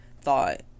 thought